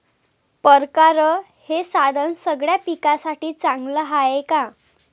परकारं हे साधन सगळ्या पिकासाठी चांगलं हाये का?